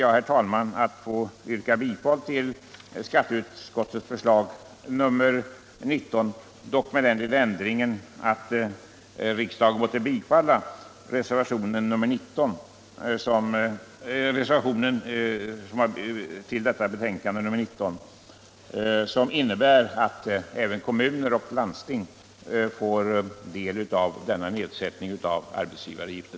Jag yrkar bifall till hemställan i skatteutskottets betänkande nr 19 med den lilla ändring däri som föreslås i den till betänkandet fogade reservationen, vilken innebär att även kommuner och landsting får del av denna nedsättning av arbetsgivaravgiften.